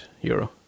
euro